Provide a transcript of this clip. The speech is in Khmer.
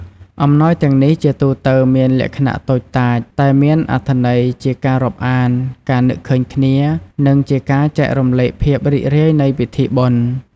អំណោយទាំងនេះជាទូទៅមានលក្ខណៈតូចតាច តែមានអត្ថន័យជាការរាប់អាន ការនឹកឃើញគ្នា និងជាការចែករំលែកភាពរីករាយនៃពិធីបុណ្យ។